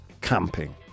camping